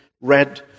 read